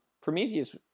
Prometheus